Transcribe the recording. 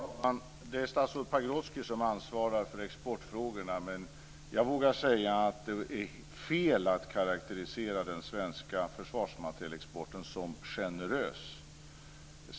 Fru talman! Det är statsrådet Pagrotsky som ansvarar för exportfrågorna, men jag vågar säga att det är fel att karakterisera den svenska försvarsmaterielexporten som generös.